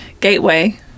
gateway